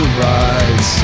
rise